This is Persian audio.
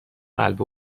قلب